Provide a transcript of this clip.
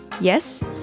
Yes